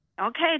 okay